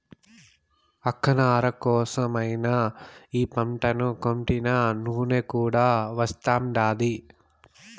అక్క నార కోసరమై ఈ పంటను కొంటినా నూనె కూడా వస్తాండాది